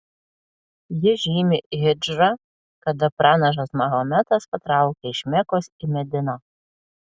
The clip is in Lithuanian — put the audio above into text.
ji žymi hidžrą kada pranašas mahometas patraukė iš mekos į mediną